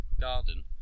garden